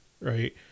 Right